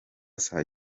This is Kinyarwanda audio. saa